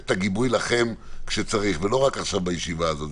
לכם את הגיבוי כשצריך ולא רק עכשיו בישיבה הזאת.